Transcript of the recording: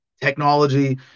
technology